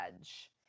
edge